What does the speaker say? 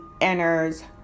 enters